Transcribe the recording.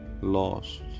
lost